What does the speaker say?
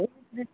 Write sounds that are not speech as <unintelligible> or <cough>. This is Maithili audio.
<unintelligible>